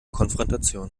konfrontation